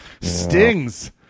stings